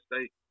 state